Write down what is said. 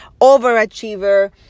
overachiever